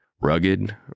Rugged